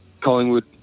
Collingwood